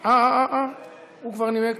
אה, הוא כבר נימק.